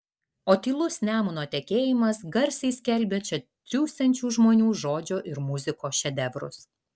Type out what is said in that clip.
o tylus nemuno tekėjimas garsiai skelbia čia triūsiančių žmonių žodžio ir muzikos šedevrus